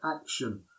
action